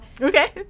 Okay